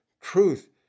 Truth